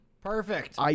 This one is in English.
perfect